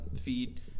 feed